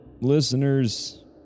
listeners